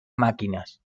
máquinas